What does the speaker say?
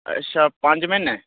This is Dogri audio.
अच्छा पंज म्हीनै